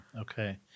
Okay